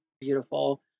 beautiful